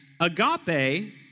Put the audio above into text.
agape